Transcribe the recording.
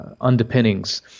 underpinnings